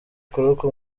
kuruka